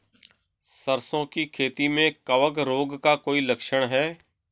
सरसों की खेती में कवक रोग का कोई लक्षण है?